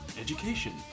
education